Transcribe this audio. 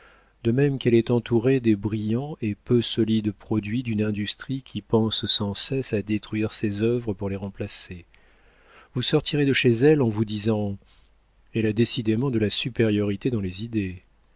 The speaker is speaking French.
de même qu'elle est entourée des brillants et peu solides produits d'une industrie qui pense sans cesse à détruire ses œuvres pour les remplacer vous sortirez de chez elle en vous disant elle a décidément de la supériorité dans les idées